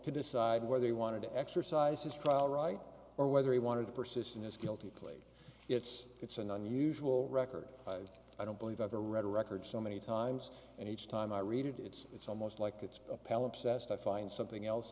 to decide where they wanted to exercise his trial right or whether he wanted to persist in his guilty plea it's it's an unusual record i don't believe i ever read a record so many times and each time i read it it's it's almost like it's a pal obsessed i find something else